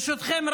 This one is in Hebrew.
ברשותכם,